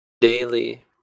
daily